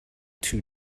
too